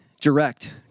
direct